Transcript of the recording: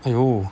!aiyo!